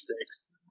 six